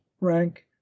rank